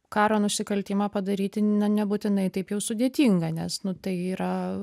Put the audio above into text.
karo nusikaltimą padaryti na nebūtinai taip jau sudėtinga nes nu tai yra